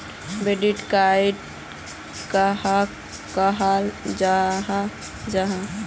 Debit card कहाक कहाल जाहा जाहा?